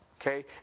Okay